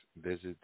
visit